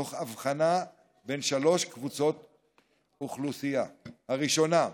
תוך הבחנה בין שלוש קבוצות אוכלוסייה: הראשונה,